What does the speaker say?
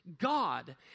God